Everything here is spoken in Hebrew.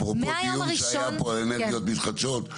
אפרופו הדיון שהיה פה על אנרגיות מתחדשות,